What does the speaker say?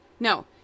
No